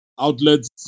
outlets